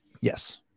Yes